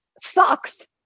sucks